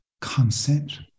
consent